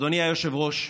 אדוני היושב-ראש,